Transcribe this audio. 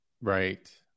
Right